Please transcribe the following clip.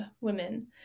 women